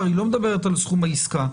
היא לא מדברת על סכום העסקה.